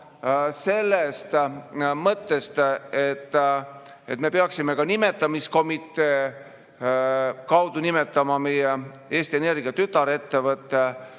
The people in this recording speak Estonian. sellest mõttest, et me peaksime nimetamiskomitee kaudu nimetama meie Eesti Energia tütarettevõtte